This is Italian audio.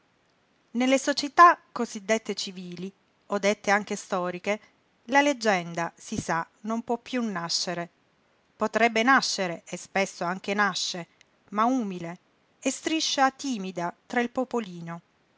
nelle società cosí dette civili o dette anche storiche la leggenda si sa non può piú nascere potrebbe nascere e spesso anche nasce ma umile e striscia timida tra il popolino